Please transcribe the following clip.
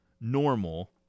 normal